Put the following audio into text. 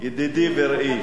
ידידי ורעי,